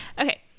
Okay